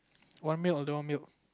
want milk or don't want milk